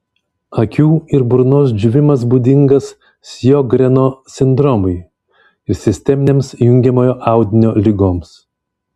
akių ir burnos džiūvimas būdingas sjogreno sindromui ir sisteminėms jungiamojo audinio ligoms